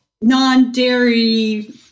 non-dairy